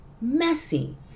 messy